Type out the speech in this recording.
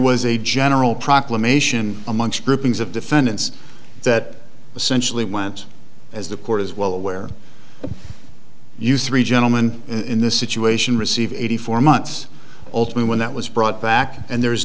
was a general proclamation amongst groupings of defendants that essentially went as the court is well aware you three gentlemen in this situation receive eighty four months altman when that was brought back and there is